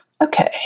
Okay